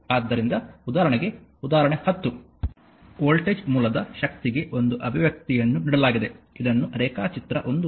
ಆದ್ದರಿಂದ ಉದಾಹರಣೆಗೆ ಉದಾಹರಣೆ 10 ವೋಲ್ಟೇಜ್ ಮೂಲದ ಶಕ್ತಿಗೆ ಒಂದು ಅಭಿವ್ಯಕ್ತಿಯನ್ನು ನೀಡಲಾಗಿದೆ ಇದನ್ನು ರೇಖಾಚಿತ್ರ 1